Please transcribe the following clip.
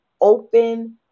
open